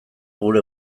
gure